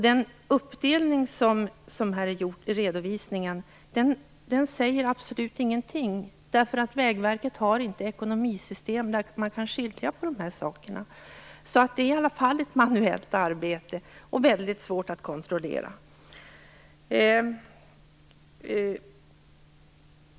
Den uppdelning som är gjord i redovisningen säger absolut ingenting. Vägverket har nämligen inte ekonomisystem där man kan skilja på de sakerna. Det är i alla fall ett manuellt arbete och väldigt svårt att kontrollera.